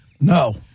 No